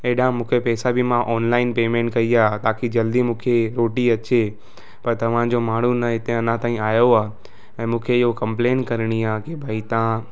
हेॾा मूंखे पैसा बि मां ऑनलाइन पेमैंट कई आहे ताकी जल्दी मूंखे रोटी अचे पर तव्हांजो माण्हू न हिते अञा ताईं आयो आहे ऐं मूंखे इहो कंपलेन करिणी आहे की भई तव्हां